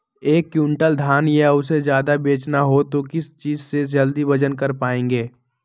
एक क्विंटल धान या उससे ज्यादा बेचना हो तो किस चीज से जल्दी वजन कर पायेंगे?